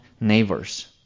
neighbors